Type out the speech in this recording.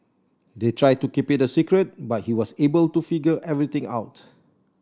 they tried to keep it a secret but he was able to figure everything out